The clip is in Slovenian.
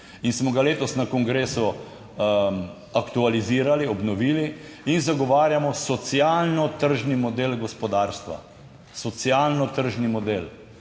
in smo ga letos na kongresu aktualizirali, obnovili in zagovarjamo socialno-tržni model gospodarstva. Socialno-tržni model.